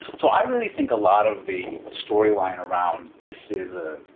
so i really think a lot of the storyline around this is a,